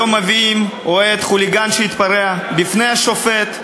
היום מביאים אוהד חוליגן שהתפרע בפני השופט,